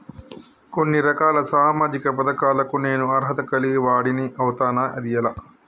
కొన్ని రకాల సామాజిక పథకాలకు నేను అర్హత కలిగిన వాడిని అవుతానా? అది ఎలా?